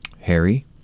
Harry